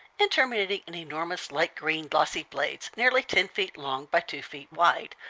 and terminating in enormous light green, glossy blades nearly ten feet long by two feet wide,